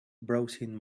browsing